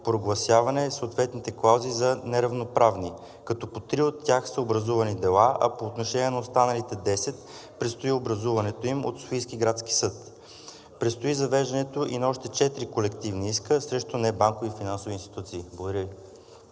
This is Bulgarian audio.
прогласяване на съответните клаузи за неравноправни, като по три от тях са образувани дела, а по отношение на останалите 10 предстои образуването им от Софийския градски съд. Предстои завеждането и на още 4 колективни иска срещу небанкови финансови институции. Благодаря